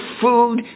food